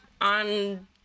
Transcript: on